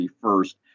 first